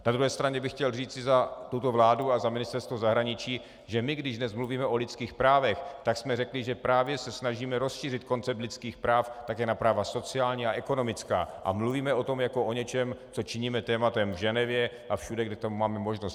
Na druhé straně bych chtěl říci za tuto vládu a za Ministerstvo zahraničí, že my, když dnes mluvíme o lidských právech, tak jsme řekli, že se právě snažíme rozšířit koncept lidských práv také na práva sociální a ekonomická, a mluvíme o tom jako o něčem, co činíme tématem v Ženevě a všude, kde k tomu máme možnost.